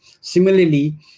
Similarly